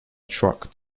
truck